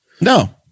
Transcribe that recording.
No